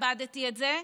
איבדתי את זה.